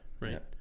Right